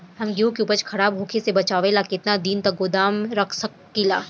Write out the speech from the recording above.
हम गेहूं के उपज खराब होखे से बचाव ला केतना दिन तक गोदाम रख सकी ला?